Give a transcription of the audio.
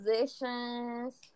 positions